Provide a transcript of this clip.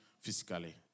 physically